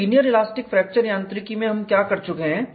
तो linear elastic fracture यांत्रिकी में हम क्या कर चुके हैं